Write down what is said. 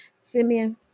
Simeon